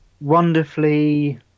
wonderfully